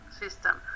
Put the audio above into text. system